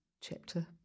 chapter